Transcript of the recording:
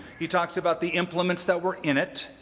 he talks about the implements that were in it,